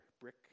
brick